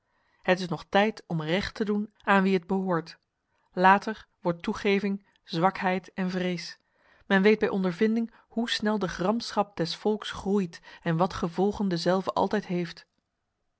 het is nog tijd om recht te doen aan wie het behoort later wordt toegeving zwakheid en vrees men weet bij ondervinding hoe snel de gramschap des volks groeit en wat gevolgen dezelve altijd heeft